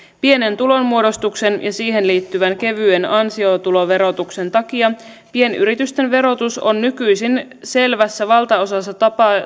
pienen tulonmuodostuksen ja siihen liittyvän kevyen ansiotuloverotuksen takia pienyritysten verotus on nykyisin selvässä valtaosassa